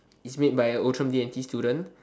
it's made by a Outram D&T student